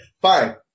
fine